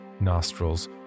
nostrils